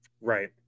Right